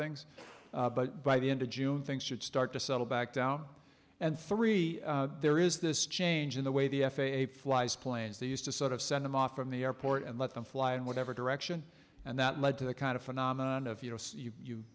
things but by the end of june things should start to settle back down and three there is this change in the way the f a a flies planes they used to sort of send them off from the airport and let them fly in whatever direction and that led to the kind of phenomenon of you know you